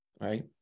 right